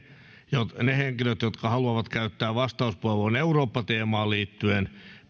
ne henkilöt jotka haluavat käyttää vastauspuheenvuoron eurooppa teemaan liittyen